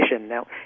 Now